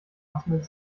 passende